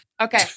Okay